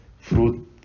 fruit